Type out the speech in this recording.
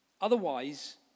Otherwise